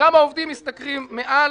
כמה עובדים משתכרים מעל